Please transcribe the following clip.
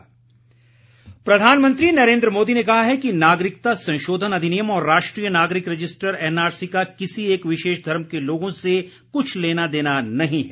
प्रधानमंत्री प्रधानमंत्री नरेन्द्र मोदी ने कहा है कि नागरिकता संशोधन अधिनियम और राष्ट्रीय नागरिक रजिस्टर एनआरसी का किसी एक विशेष धर्म के लोगों से कुछ लेना देना नहीं है